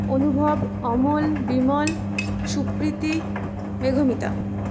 অনুভব অমল বিমল সুপ্রীতি মেঘমিতা